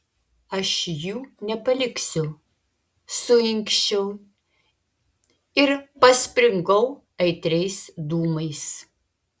aš jų nepaliksiu suinkščiau ir paspringau aitriais dūmais